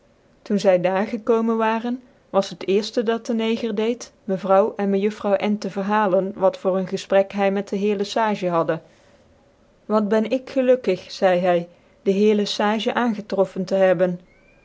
doen zy daar grkomen waren was het cerft dat dc neger deed mevrouw en mejuffrouw n tc verhalen wat voor een gefprek hy met de heer le sage haddè wat ben ik gelukkig een neger icig zeidc hy dc heer ie sage aangetroffen te hebben